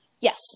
Yes